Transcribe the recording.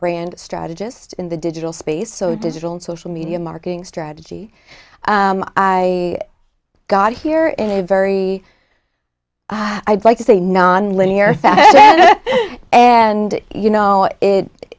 brand strategist in the digital space so digital social media marketing strategy i got here in a very i'd like to say non linear and you know i